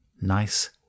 Nice